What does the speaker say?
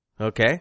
Okay